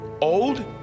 Old